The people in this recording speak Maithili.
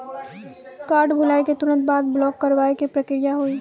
कार्ड भुलाए के तुरंत बाद ब्लॉक करवाए के का प्रक्रिया हुई?